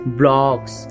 blogs